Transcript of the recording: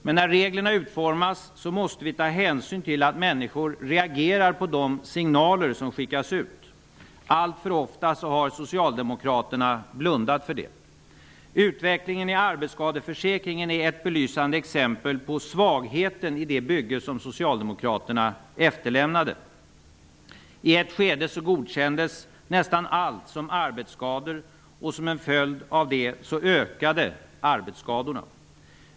Men när reglerna utformas måste vi ta hänsyn till att människor reagerar på de signaler som skickas ut. Alltför ofta har Socialdemokraterna blundat för det. Utvecklingen i arbetsskadeförsäkringen är ett belysande exempel på svagheten i det bygge som Socialdemokraterna efterlämnade. I ett skede godkändes nästan allt som arbetsskador, och som en följd av det ökade arbetsskadorna.